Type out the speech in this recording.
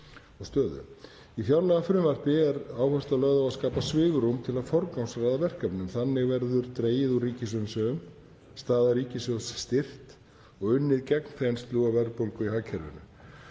Í fjárlagafrumvarpi er áhersla lögð á að skapa svigrúm til að forgangsraða verkefnum. Þannig verði dregið úr ríkisumsvifum, staða ríkissjóðs styrkt og unnið gegn þenslu og verðbólgu í hagkerfinu.